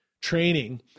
training